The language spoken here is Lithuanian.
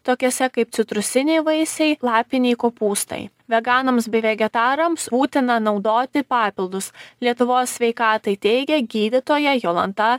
tokiuose kaip citrusiniai vaisiai lapiniai kopūstai veganams bei vegetarams būtina naudoti papildus lietuvos sveikatai teigė gydytoja jolanta